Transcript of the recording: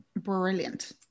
brilliant